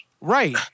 Right